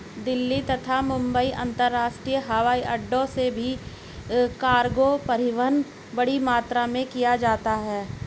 दिल्ली तथा मुंबई अंतरराष्ट्रीय हवाईअड्डो से भी कार्गो परिवहन बड़ी मात्रा में किया जाता है